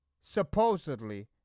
supposedly